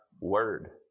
word